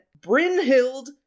Brynhild